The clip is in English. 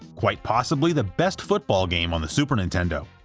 quite possibly the best football game on the super nintendo.